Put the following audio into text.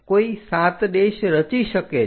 કોઈ 7 રચી શકે છે